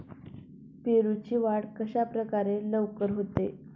पेरूची वाढ कशाप्रकारे लवकर होते?